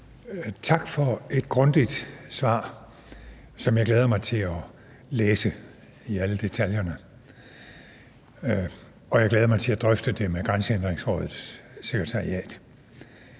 Tak for et grundigt svar, som jeg glæder mig til at læse i alle detaljerne, og jeg glæder mig til at drøfte det med Grænsehindringsrådets sekretariat.